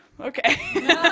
Okay